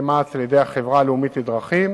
מע"צ יתבצע על-ידי החברה הלאומית לדרכים,